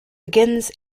begins